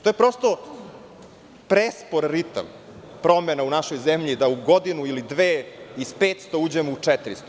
To je prosto prespor ritam promena u našoj zemlji, da u godinu ili dve iz 500 uđemo u 400.